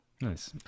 Nice